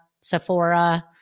Sephora